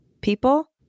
people